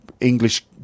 English